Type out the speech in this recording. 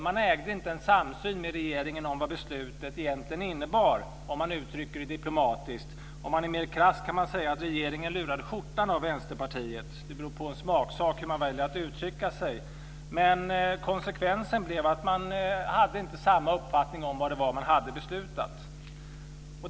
Man ägde inte en samsyn med regeringen om vad beslutet egentligen innebar, om man uttrycker det diplomatiskt. Om man är mer krass kan man säga att regeringen lurade skjortan av Vänsterpartiet. Det är en smaksak hur man väljer att uttrycka sig. Konsekvensen blev dock att man inte hade samma uppfattning om vad det var man hade beslutat.